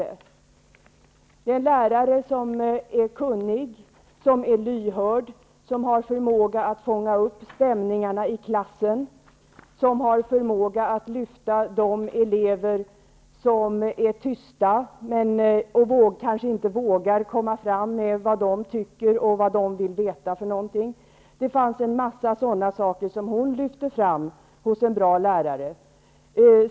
Det är en lärare som är kunnig, lyhörd, som har förmåga att fånga upp stämningarna i klassen, förmåga att lyfta de elever som är tysta och kanske inte vågar komma fram med vad de tycker och vad de vill veta. Hon lyfte fram en mängd egenskaper hos en bra lärare.